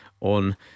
On